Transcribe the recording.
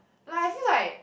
like I feel like